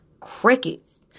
crickets